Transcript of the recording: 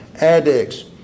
Addicts